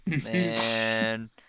Man